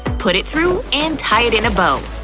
put it through and tie it in a bow.